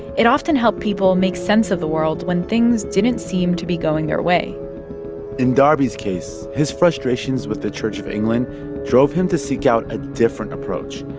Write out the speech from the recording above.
it often helped people make sense of the world when things didn't seem to be going their way in darby's case, his frustrations with the church of england drove him to seek out a different approach.